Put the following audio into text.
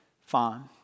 fine